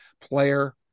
player